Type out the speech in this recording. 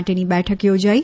માટેની બેઠક યોજાઇ